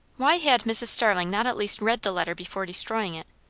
why had mrs. starling not at least read the letter before destroying it?